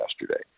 yesterday